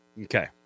Okay